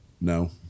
No